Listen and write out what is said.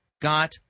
got